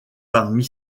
parmi